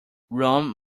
rome